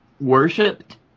worshipped